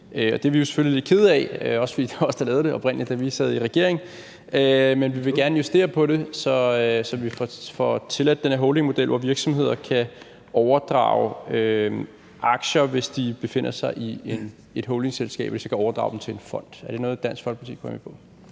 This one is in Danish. Det er vi jo selvfølgelig lidt kede af, også fordi det var os, der lavede det oprindelig, da vi sad i regering. Men vi vil gerne justere på det, så vi får tilladt den her holdingmodel, hvor virksomheder kan overdrage aktier, hvis de befinder sig i et holdingselskab, altså at de kan overdrage til en fond. Er det noget, Dansk Folkeparti kunne være